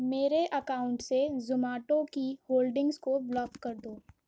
میرے اکاؤنٹ سے زوماٹو کی ہولڈنگز کو بلاک کر دو